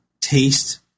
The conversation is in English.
taste